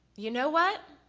you know what,